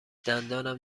دندانم